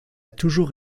toujours